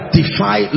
defy